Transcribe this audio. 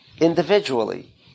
individually